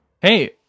Hey